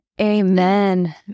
Amen